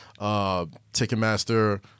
Ticketmaster